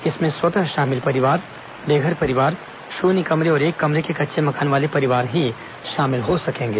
इनमें स्वतः शामिल परिवार बेघर परिवार शून्य कमरे और एक कमरे के कच्चे मकान वाले परिवार ही शामिल हो सकेंगे